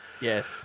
Yes